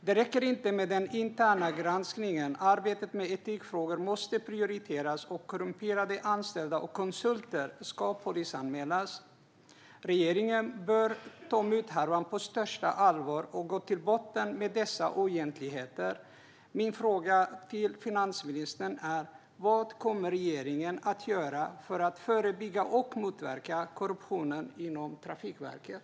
Det räcker inte med den interna granskningen. Arbetet med etikfrågor måste prioriteras, och korrumperade anställda och konsulter ska polisanmälas. Regeringen bör ta muthärvan på största allvar och gå till botten med dessa oegentligheter. Min fråga till finansministern är: Vad kommer regeringen att göra för att förebygga och motverka korruptionen inom Trafikverket?